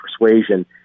persuasion